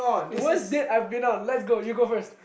it worst date I've been on let's go you go first